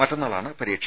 മറ്റന്നാളാണ് പരീക്ഷ